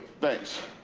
thanks.